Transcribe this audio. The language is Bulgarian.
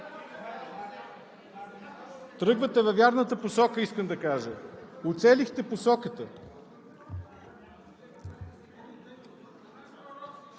Тръгвате във вярната посока, искам да кажа, уцелихте посоката.